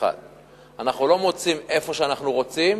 אנחנו לא מוציאים איפה שאנחנו רוצים,